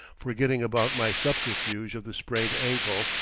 forgetting about my subterfuge of the sprained ankle,